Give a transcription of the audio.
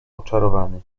oczarowany